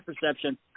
perception